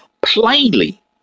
plainly